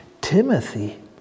Timothy